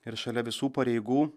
ir šalia visų pareigų